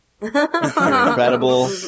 Incredible